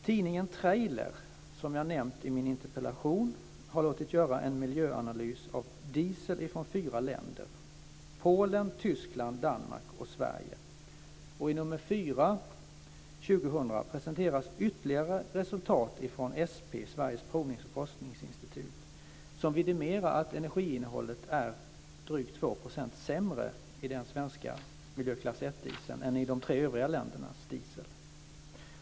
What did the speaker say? Tidningen Trailer, som jag nämnt i min interpellation, har låtit göra en miljöanalys av diesel från fyra länder: Polen, Tyskland, Danmark och Sverige. I nummer 4 från år 2000 presenteras ytterligare resultat från SP - Sveriges Provnings och Forskningsinstitut - som vidimerar att energiinnehållet är drygt 2 % sämre i den svenska miljöklass 1-dieseln än i de tre övriga ländernas diesel.